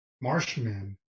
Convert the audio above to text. Marshman